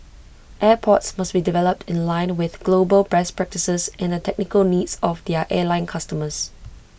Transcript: airports must be developed in line with global best practices and the technical needs of their airline customers